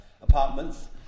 apartments